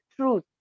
truth